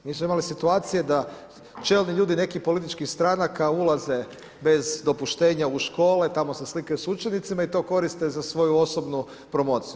Mi smo imali situacije da čelni ljudi nekih političkih stranaka ulaze bez dopuštenja u škole, tamo se slikaju s učenicima i to koriste za svoju osobnu promociju.